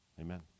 Amen